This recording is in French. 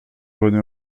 bonnet